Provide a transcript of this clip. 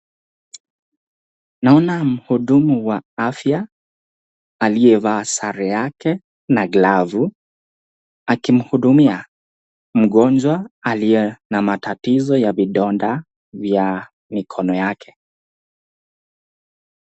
Naona mhudumu wa afya aliyevaa sare yake na glavu akimhudumia mgonjwa aliye na matatizo ya vidonda vya mikono yake.